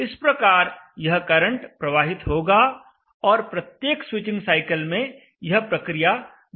इस प्रकार यह करंट प्रवाहित होगा और प्रत्येक स्विचिंग साइकिल में यह प्रक्रिया दोहराई जाएगी